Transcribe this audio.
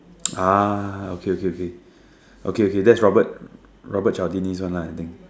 okay okay okay okay okay that's Robert Robert Charles Tini one I think